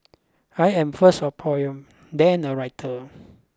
I am first a poet then a writer